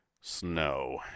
snow